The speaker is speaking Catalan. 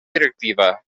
directiva